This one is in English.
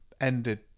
ended